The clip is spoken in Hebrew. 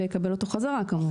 ויקבל אותו חזרה, כמובן.